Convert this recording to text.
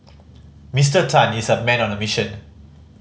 Mister Tan is a man on a mission